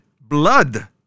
blood